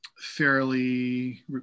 fairly